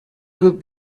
could